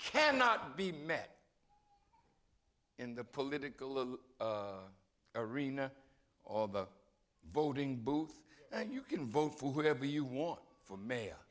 cannot be met in the political arena all the voting booth and you can vote for whatever you want for ma